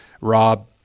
Rob